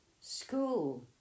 School